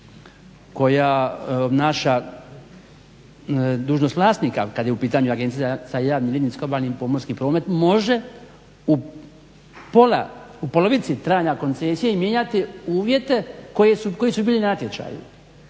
koja naša dužnost vlasnika kad je u pitanju Agencija za javni linijski obalni pomorski promet može u polovici trajanja koncesije mijenjati uvjete koji su bili natječaji.